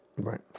Right